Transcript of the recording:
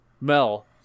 Mel